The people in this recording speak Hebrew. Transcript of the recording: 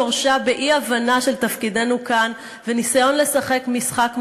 שורשה באי-הבנה של תפקידנו כאן וניסיון לשחק משחק מערבי,